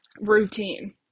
routine